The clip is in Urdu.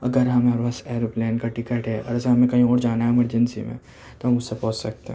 اگر ہمارے پاس ایروپلین کا ٹکٹ ہے ارجینٹ ہمیں کہیں جانا ہے ایمرجینسی میں تو ہم اس سے پہنچ سکتے ہیں